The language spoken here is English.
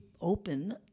open